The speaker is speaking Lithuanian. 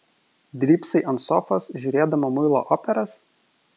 drybsai ant sofos žiūrėdama muilo operas